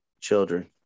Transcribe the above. children